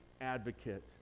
advocate